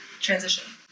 transition